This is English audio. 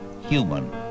human